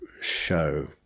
show